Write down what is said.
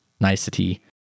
nicety